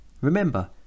Remember